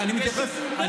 נאור.